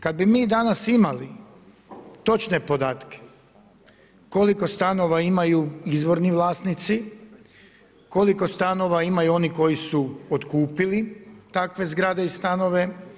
Kad bi mi danas imali točne podatke koliko stanova imaju izvorni vlasnici, koliko stanova imaju oni koji su otkupili takve zgrade i stanove.